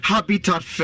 Habitat